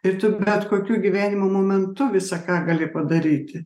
ir tu bet kokiu gyvenimo momentu visa ką gali padaryti